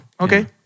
Okay